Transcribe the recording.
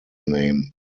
name